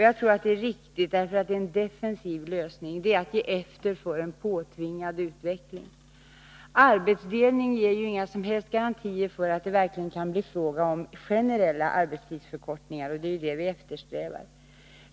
Jag tror att det är riktigt, för det är en defensiv lösning — det är att ge efter för en påtvingad utveckling. Arbetsdelning ger inga som helst garantier för att det verkligen kan bli fråga om generella arbetstidsförkortningar, och det är det vi eftersträvar.